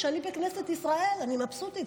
כשאני בכנסת ישראל אני מבסוטית,